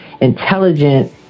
intelligent